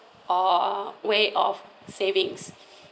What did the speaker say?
uh way of savings